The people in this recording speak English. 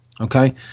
Okay